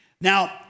Now